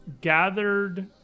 gathered